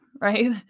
right